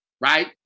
right